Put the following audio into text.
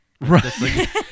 Right